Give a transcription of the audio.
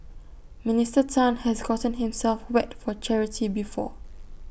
Minister Tan has gotten himself wet for charity before